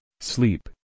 sleep